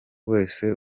wese